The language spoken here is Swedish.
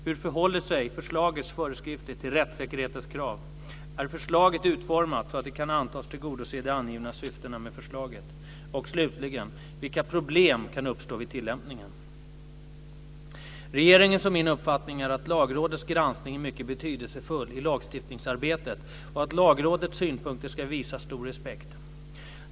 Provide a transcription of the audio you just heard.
Hur förhåller sig förslagets föreskrifter till rättssäkerhetens krav? Är förslaget utformat så att det kan antas tillgodose de angivna syftena med förslaget? Och slutligen, vilka problem kan uppstå vid tillämpningen? Regeringens och min uppfattning är att Lagrådets granskning är mycket betydelsefull i lagstiftningsarbetet och att Lagrådets synpunkter ska visas stor respekt.